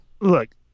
Look